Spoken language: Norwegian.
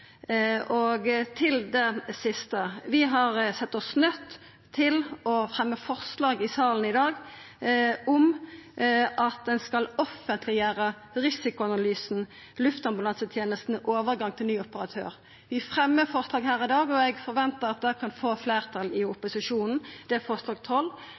hemmeleg. Til det siste: Vi har sett oss nøydde til å fremja forslag i salen i dag om at ein skal offentleggjera Risikoanalysen luftambulansetjenesten – overgang til ny operatør. Vi fremjar forslag her i dag, og eg forventar at det kan få fleirtal i opposisjonen, det er forslag